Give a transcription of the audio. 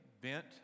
bent